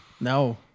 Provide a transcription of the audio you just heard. No